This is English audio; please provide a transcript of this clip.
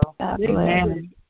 Amen